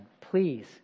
Please